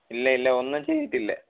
ഇല്ല ഇല്ല ഒന്നും ചെയ്തിട്ടില്ല